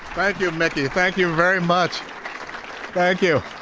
you mickey thank you very much thank you